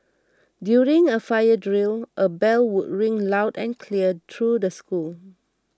during a fire drill a bell would ring loud and clear through the school